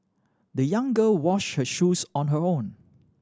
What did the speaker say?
the young girl wash her shoes on her own